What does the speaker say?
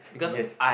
yes